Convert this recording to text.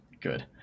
Good